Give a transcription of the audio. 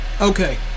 Okay